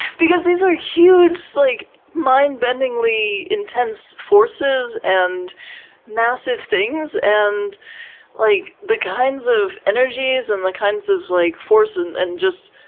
because these are huge, like mind-bendingly intense forces, and massive things. and like the kinds of energies, and the kinds of like force and and just,